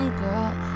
girl